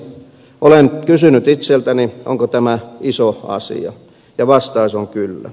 olen kysynyt itseltäni onko tämä iso asia ja vastaus on kyllä